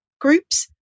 groups